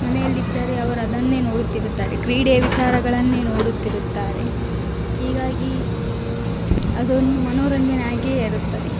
ಮನೆಯಲ್ಲಿದ್ದರೆ ಅವರು ಅದನ್ನೇ ನೋಡುತ್ತಿರುತ್ತಾರೆ ಕ್ರೀಡೆ ವಿಚಾರಗಳನ್ನೇ ನೋಡುತ್ತಿರುತ್ತಾರೆ ಹೀಗಾಗಿ ಅದೊಂದು ಮನೋರಂಜನೆ ಆಗಿಯೇ ಇರುತ್ತದೆ